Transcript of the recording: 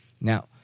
Now